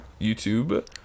YouTube